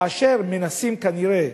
כאשר מנסים, כנראה,